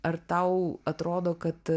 ar tau atrodo kad